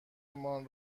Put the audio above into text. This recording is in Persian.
مان